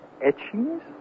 etchings